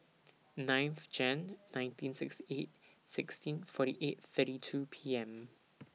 ninth Jane nineteen sixty eight sixteen forty eight thirty two P M